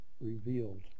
revealed